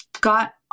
got